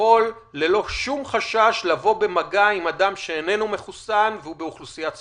יכול ללא שום חשש לבוא במגע עם אדם שאיננו מחוסן והוא באוכלוסיית סיכון.